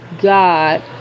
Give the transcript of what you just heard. God